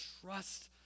trust